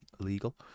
illegal